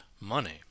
Money